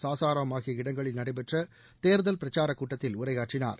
சாசாராம் ஆகிய இடங்களில் நடைபெற்ற தேர்தல் பிரச்சாரக் கூட்டத்தில் உரையாற்றினார்